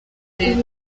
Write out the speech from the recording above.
leta